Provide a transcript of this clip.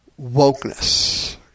wokeness